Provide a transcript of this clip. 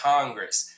Congress